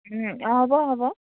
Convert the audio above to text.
অঁ হ'ব হ'ব